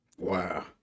wow